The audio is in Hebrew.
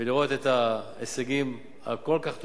ולראות את ההישגים הכל-כך טובים.